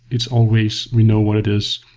it's always we know what it is.